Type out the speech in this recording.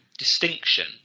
distinction